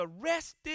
arrested